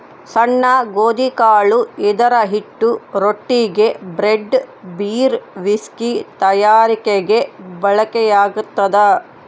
ಸಣ್ಣ ಗೋಧಿಕಾಳು ಇದರಹಿಟ್ಟು ರೊಟ್ಟಿಗೆ, ಬ್ರೆಡ್, ಬೀರ್, ವಿಸ್ಕಿ ತಯಾರಿಕೆಗೆ ಬಳಕೆಯಾಗ್ತದ